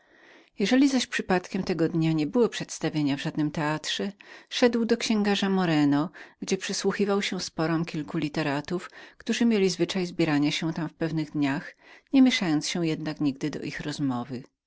jeżeli zaś przypadkiem tego dnia nie było widowiska szedł do księgarza moreno gdzie przysłuchiwał się sporom kilku literatów którzy mieli zwyczaj zbierania się tam w pewnych dniach niemięszając się jednak nigdy do ich rozmowy